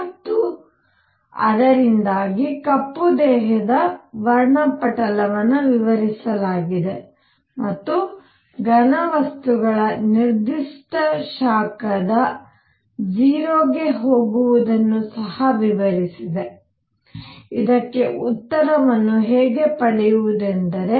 ಮತ್ತು ಅದರಿಂದಾಗಿ ಕಪ್ಪು ದೇಹದ ವರ್ಣಪಟಲವನ್ನು ವಿವರಿಸಲಾಗಿದೆ ಮತ್ತು ಘನವಸ್ತುಗಳ ನಿರ್ದಿಷ್ಟ ಶಾಖದ 0 ಗೆ ಹೋಗುವುದನ್ನು ಸಹ ವಿವರಿಸಿದೆ ಇದಕ್ಕೆ ಉತ್ತರವನ್ನು ಹೇಗೆ ಪಡೆಯುವುದೆಂದರೆ